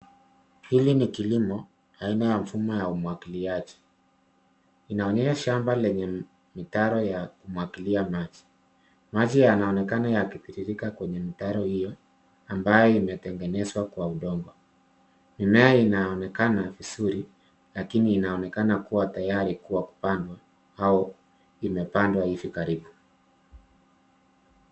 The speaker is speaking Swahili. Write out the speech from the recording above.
Hili ni kilimo aina ya mfumo wa umwagiliaji. Inaonyesha shamba lenye mitaro ya kumwagilia maji. Maji yanaonekana yakitiririka kwenye mitaro hiyo ambayo imetengenezwa kwa udongo. Mimea inaonekana vizuri lakini inaonekana kuwa tayari kuwa kupandwa au imepandwa hivi karibu.